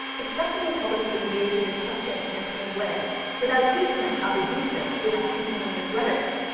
expecting the public to engage in discussion in the same way without teaching them how to do so, without teaching them this rhetoric,